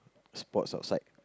sports outside